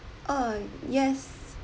oh yes